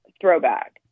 throwback